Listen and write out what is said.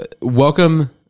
welcome